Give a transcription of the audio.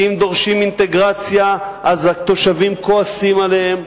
כי אם דורשים אינטגרציה אז התושבים כועסים עליהם.